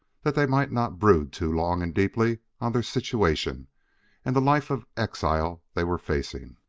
that they might not brood too long and deeply on their situation and the life of exile they were facing.